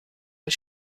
was